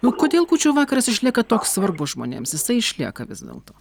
o kodėl kūčių vakaras išlieka toks svarbus žmonėms jisai išlieka vis dėlto